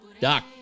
Doc